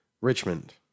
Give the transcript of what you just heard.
Richmond